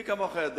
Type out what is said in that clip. מי כמוך יודע,